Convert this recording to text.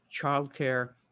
Childcare